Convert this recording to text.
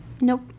Nope